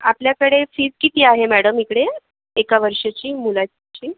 आपल्याकडे फीस किती आहे मॅडम इकडे एका वर्षाची मुलाची